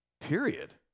period